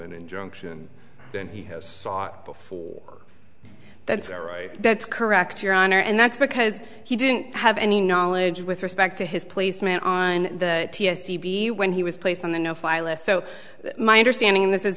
an injunction than he has sought before that's all right that's correct your honor and that's because he didn't have any knowledge with respect to his place man on the when he was placed on the no fly list so my understanding this is